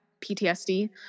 PTSD